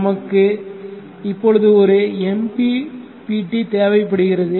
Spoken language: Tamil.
நமக்கு இப்பொழுது ஒரு MPPT தேவைப்படுகிறது